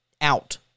out